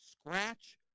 scratch